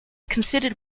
considered